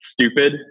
stupid